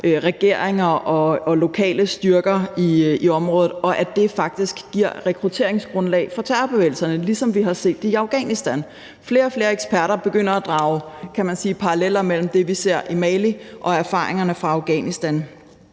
regeringer og lokale styrker i området, og at det faktisk giver rekrutteringsgrundlag for terrorbevægelserne, ligesom vi har set det i Afghanistan. Flere og flere eksperter begynder at drage paralleller mellem det, vi ser i Mali, og erfaringerne fra Afghanistan.